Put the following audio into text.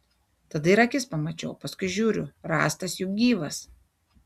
tada ir akis pamačiau o paskui žiūriu rąstas juk gyvas